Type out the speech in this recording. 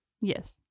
Yes